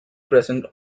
present